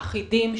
אחידים,